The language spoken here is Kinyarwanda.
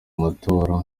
matora